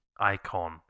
icon